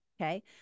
okay